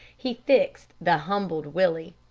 he fixed the humbled willie.